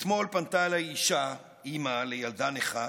אתמול פנתה אליי אישה, אימא לילדה נכה,